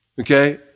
Okay